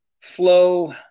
flow